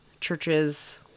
churches